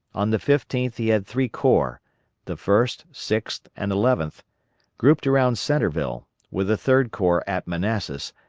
on the fifteenth he had three corps the first, sixth, and eleventh grouped around centreville, with the third corps at manassas,